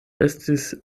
estis